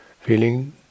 feeling